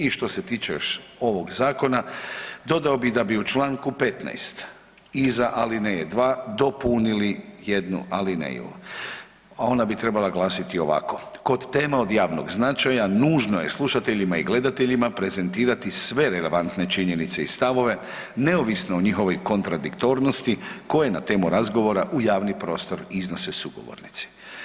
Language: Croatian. I što se tiče još ovoga zakona dodao bih da bi u članku 15. iza alineje 2. dopunili jednu alineju, a ona bi trebala glasiti ovako: „Kod tema od javnog značaja nužno je slušateljima i gledateljima prezentirati sve relevantne činjenice i stavove neovisno o njihovoj kontradiktornosti koje na temu razgovora u javni prostor iznose sugovornici“